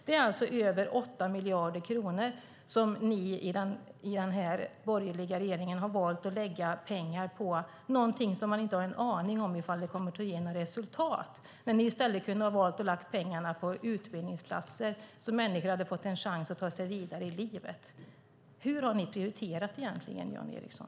Den borgerliga regeringen har alltså lagt över 8 miljarder kronor på något som man inte har en aning om huruvida det ger något resultat. I stället kunde ni ha lagt pengarna på utbildningsplatser så att människor hade fått en chans att ta sig vidare i livet. Hur har ni prioriterat egentligen, Jan Ericson?